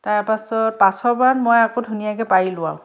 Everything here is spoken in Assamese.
তাৰ পাছত পাছৰ বাৰত মই আকৌ ধুনীয়াকৈ পাৰিলোঁ আৰু